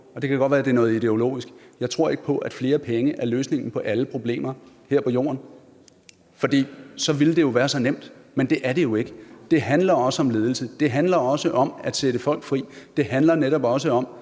det kan godt være, at det er noget ideologisk – at flere penge er løsningen på alle problemer her på jorden. For så ville det være så nemt, men det er det jo ikke. Det handler også om ledelse. Det handler også om at sætte folk fri. Det handler netop også om,